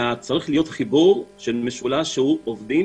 צריך להיות מחובר של משולש שהוא: עובדים,